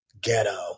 Ghetto